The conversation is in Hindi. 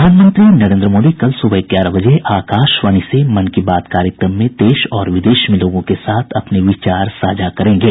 प्रधानमंत्री नरेंद्र मोदी कल सूबह ग्यारह बजे आकाशवाणी से मन की बात कार्यक्रम में देश और विदेश में लोगों के साथ अपने विचार साझा करेंगे